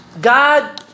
God